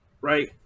right